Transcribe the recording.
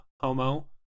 homo